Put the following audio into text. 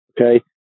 okay